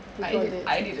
oh you did